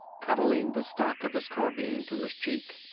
cuddling the stock of his carbine to his cheek,